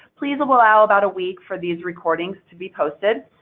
please allow about a week for these recordings to be posted.